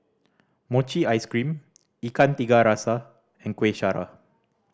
mochi ice cream Ikan Tiga Rasa and Kuih Syara